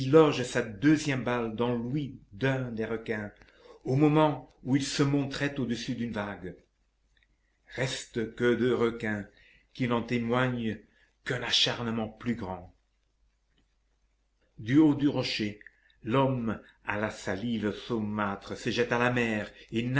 loge sa deuxième balle dans l'ouïe d'un des requins au moment où il se montrait au-dessus d'une vague restent deux requins qui n'en témoignent qu'un acharnement plus grand du haut du rocher l'homme à la salive saumâtre se jette à la mer et